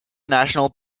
national